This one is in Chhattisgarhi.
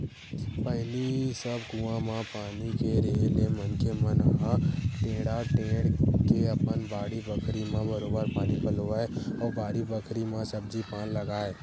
पहिली सब कुआं म पानी के रेहे ले मनखे मन ह टेंड़ा टेंड़ के अपन बाड़ी बखरी म बरोबर पानी पलोवय अउ बारी बखरी म सब्जी पान लगाय